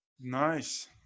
Nice